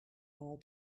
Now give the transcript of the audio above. all